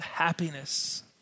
Happiness